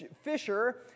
Fisher